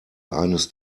eines